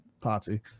party